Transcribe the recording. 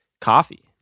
coffee